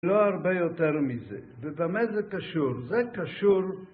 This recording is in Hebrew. לא הרבה יותר מזה, ובמה זה קשור? זה קשור